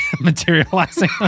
materializing